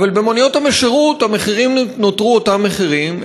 אבל במוניות השירות המחירים נותרו אותם מחירים,